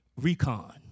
Recon